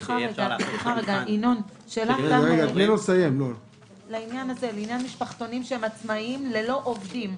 2021. לעניין משפחתונים שהם עצמאיים ללא עובדים,